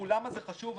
למה זה חשוב?